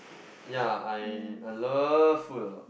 ya I I love food a lot